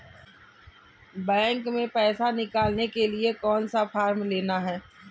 Bank में पैसा निकालने के लिए कौन सा फॉर्म लेना है?